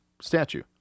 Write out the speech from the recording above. statue